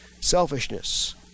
Selfishness